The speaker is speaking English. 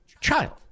child